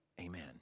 Amen